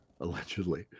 Allegedly